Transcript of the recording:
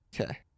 Okay